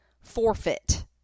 forfeit